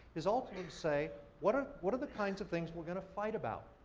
is also say what are what are the kinds of things we're going to fight about?